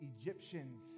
Egyptians